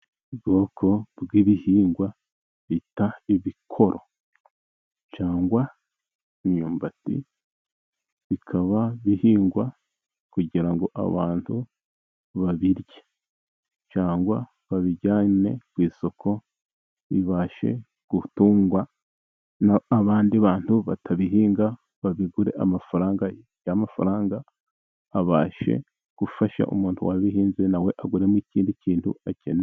ubwoko bw'ibihingwa bita ibikoro ,cyangwa imyumbati bikaba bihingwa kugira ngo abantu babirye ,cyangwa babijyane ku isoko bibashe gutunga n'abandi bantu batabihinga babigure amafaranga, y'amafaranga abashe gufasha umuntu wabihinze ,nawe aguremo ikindi kintu akeneye.